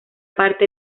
parte